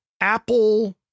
apple